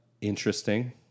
interesting